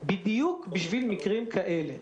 בדיוק בשביל מקרים כאלה.